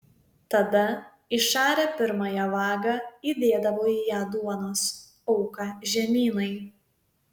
tada išarę pirmąją vagą įdėdavo į ją duonos auką žemynai